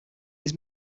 his